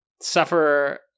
suffer